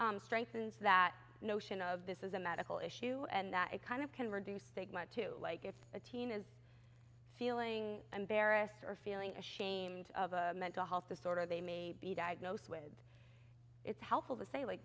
strengthens that notion of this is a medical issue and that it kind of can reduce stigma to like if a teen is feeling embarrassed or feeling ashamed of a mental health disorder they may be diagnosed with it's helpful to say like